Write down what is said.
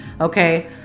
okay